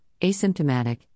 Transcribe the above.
asymptomatic